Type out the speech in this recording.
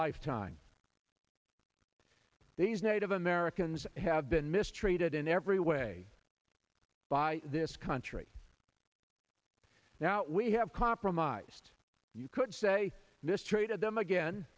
lifetime these native americans have been mistreated in every way by this country now we have compromised you could say mistreated them again